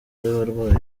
by’abarwayi